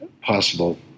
possible